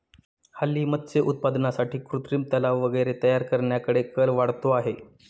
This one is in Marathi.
हल्ली मत्स्य उत्पादनासाठी कृत्रिम तलाव वगैरे तयार करण्याकडे कल वाढतो आहे